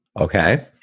Okay